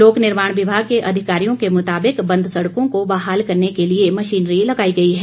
लोक निर्माण विभाग के अधिकारियों के मुताबिक बंद सड़कों को बहाल करने के लिए मशीनरी लगाई गई है